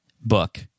book